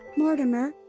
mortimer,